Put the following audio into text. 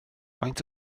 faint